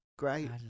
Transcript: Great